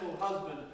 husband